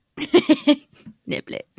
Niblet